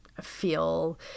feel